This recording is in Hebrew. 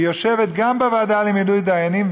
היא יושבת גם בוועדה למינוי דיינים,